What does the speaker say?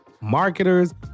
marketers